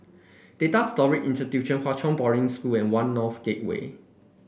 Data Storage Institute Hwa Chong Boarding School and One North Gateway